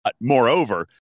moreover